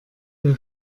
der